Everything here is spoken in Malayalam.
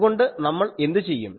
അതുകൊണ്ട് നമ്മൾ എന്ത് ചെയ്യും